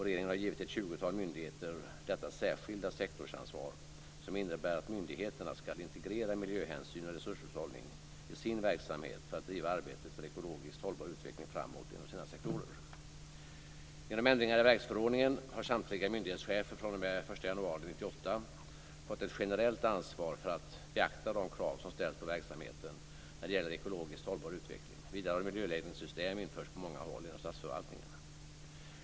Regeringen har givit ett tjugotal myndigheter detta särskilda sektorsansvar, som innebär att myndigheterna skall integrera miljöhänsyn och resurshushållning i sin verksamhet för att driva arbetet för ekologiskt hållbar utveckling framåt inom sina sektorer. den 1 januari 1998 fått ett generellt ansvar för att beakta de krav som ställs på verksamheten när det gäller ekologiskt hållbar utveckling. Vidare har miljöledningssystem införts på många håll inom statsförvaltningen.